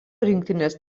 rinktinės